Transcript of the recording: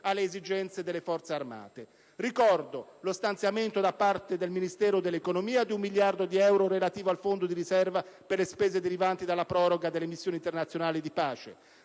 alle esigenze delle Forze armate. Ricordo lo stanziamento, da parte del Ministero dell'economia, di un miliardo di euro relativo al Fondo di riserva per le spese derivanti dalla proroga delle missioni internazionali di pace.